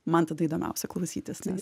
man tada įdomiausia klausytis nes